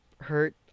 Hurt